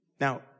Now